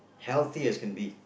healthy as can be